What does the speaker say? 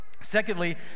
secondly